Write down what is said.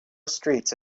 streets